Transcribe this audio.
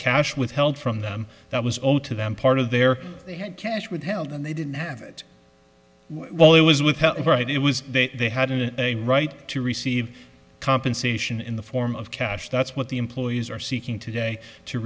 cash withheld from them that was owed to them part of their they had cash with held and they didn't have it while it was withheld right it was they they had a right to receive compensation in the form of cash that's what the employees are seeking today to